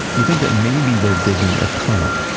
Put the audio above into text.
you think that maybe they're digging a tunnel.